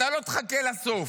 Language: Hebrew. אתה לא תחכה לסוף.